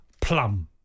plum